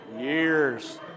Years